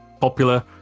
popular